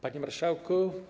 Panie Marszałku!